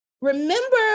remember